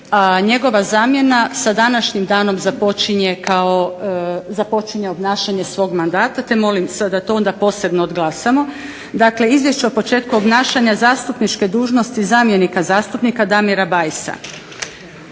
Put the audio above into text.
njegova zamjena sa današnjim danom započinje obnašanje mandata, pa molim da to posebno odglasamo. Dakle, Izvješće o početku obnašanja zastupničke dužnosti zamjenika zastupnika Damira Bajsa.